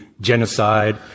genocide